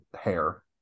hair